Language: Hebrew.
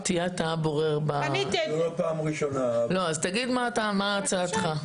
אם זאת לא פעם ראשונה --- לא, אז תגיד מה הצעתך.